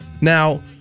Now